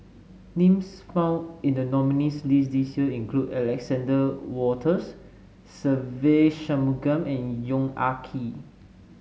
names found in the nominees' list this year include Alexander Wolters Se Ve Shanmugam and Yong Ah Kee